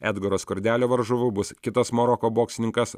edgaro skurdelio varžovu bus kitas maroko boksininkas